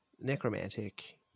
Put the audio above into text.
Necromantic